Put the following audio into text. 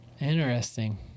Interesting